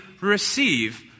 receive